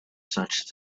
such